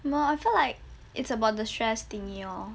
mo~ I feel like it's about the stress thingy lor